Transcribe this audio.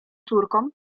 córką